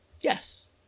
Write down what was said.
Yes